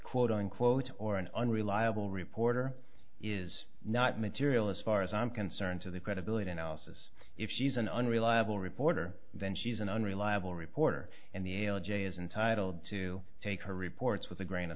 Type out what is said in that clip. quote unquote or an unreliable reporter is not material as far as i'm concerned to the credibility analysis if she's an unreliable reporter then she's an unreliable reporter and the ala jay is entitled to take her reports with a grain of